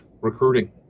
recruiting